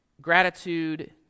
gratitude